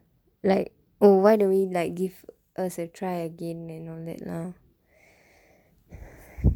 like oh why don't we like give us a try again and all that lah